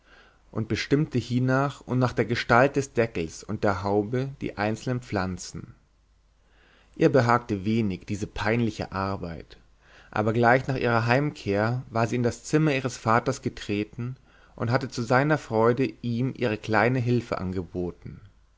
und bestimmte hiernach und nach der gestalt des deckels und der haube die einzelnen pflanzen ihr behagte wenig diese peinliche arbeit aber gleich nach ihrer heimkehr war sie in das zimmer ihres vaters getreten und hatte zu seiner freude ihm ihre kleine hilfe angeboten